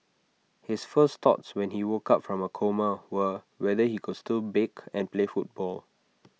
his first thoughts when he woke up from A coma were whether he could still bake and play football